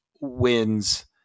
wins